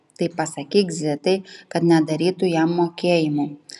tai pasakyk zitai kad nedarytų jam mokėjimų